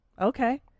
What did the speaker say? okay